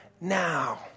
now